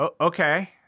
Okay